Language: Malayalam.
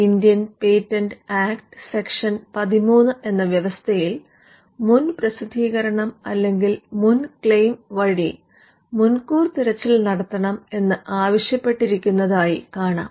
Indian patent act section 13 Indian Patent Act Section 13 എന്ന വ്യവസ്ഥയിൽ മുൻ പ്രസിദ്ധീകരണം അല്ലെങ്കിൽ മുൻ ക്ലെയിം വഴി മുൻകൂർ തിരച്ചിൽ നടത്തണം എന്ന് ആവശ്യപ്പെട്ടിരിക്കുന്നതായി കാണാം